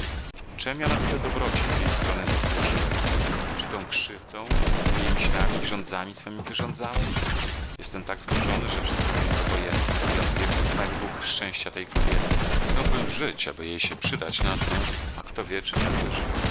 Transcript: na tyle dobroci z jej strony zasłużyłem czy tą krzywdą jaką jej myślami i żądzami swemi wyrządzałem jestem tak znużony że wszystko mi jest obojętne z wyjątkiem dalibóg szczęścia tej kobiety pragnąłbym żyć aby jej się przydać na co a kto wie czy będę